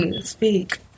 Speak